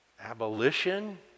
abolition